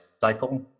cycle